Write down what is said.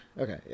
okay